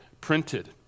printed